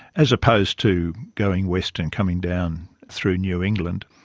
as opposed to going west and coming down through new england.